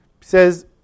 says